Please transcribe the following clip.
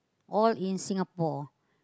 all in Singapore